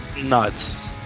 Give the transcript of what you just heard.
nuts